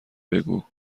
بگو